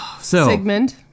Sigmund